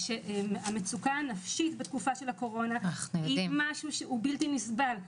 שהמצוקה הנפשית בתקופה של הקורונה הוא בלתי נסבל.